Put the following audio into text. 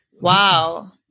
Wow